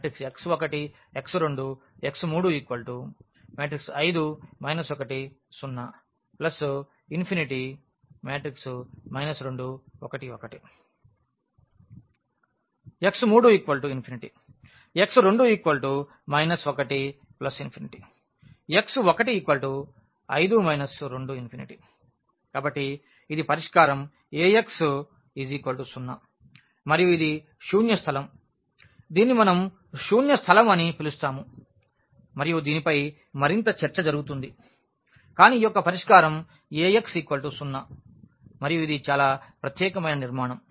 x1 x2 x3 5 1 0 α 2 1 1 x3 α x2 1 α x1 5 2α కాబట్టి ఇది పరిష్కారం Ax 0 మరియు ఇది శూన్య స్థలం దీనిని మనం శూన్య స్థలం అని పిలుస్తాము మరియు దీనిపై మరింత చర్చ జరుగుతుంది కానీ ఈ యొక్క పరిష్కారం Ax 0 మరియు ఇది చాలా ప్రత్యేకమైన నిర్మాణం